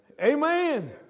Amen